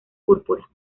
púrpura